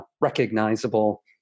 recognizable